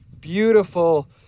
beautiful